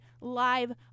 live